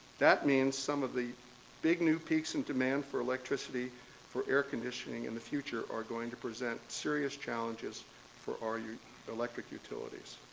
that means some of the big new peaks in demand for electricity for air conditioning in the future are going to present serious challenges for our yeah electric utilities.